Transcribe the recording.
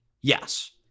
Yes